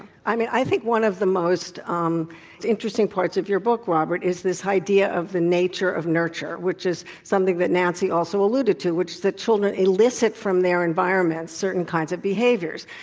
i think one of the most um interesting parts of your book, robert, is this idea of the nature of nurture, which is something that nancy also alluded to, which that children elicit from their environment certain kinds of behaviors.